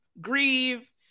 grieve